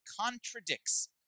contradicts